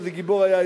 איזה גיבור היה,